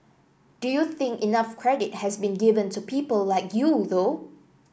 do you think enough credit has been given to people like you though